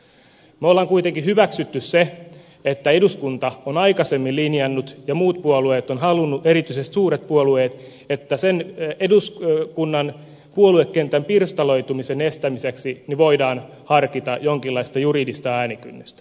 me olemme kuitenkin hyväksyneet sen että eduskunta on aikaisemmin linjannut ja muut puolueet ovat halunneet erityisesti suuret puolueet että eduskunnan puoluekentän pirstaloitumisen estämiseksi voidaan harkita jonkinlaista juridista äänikynnystä